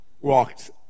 walked